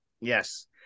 Yes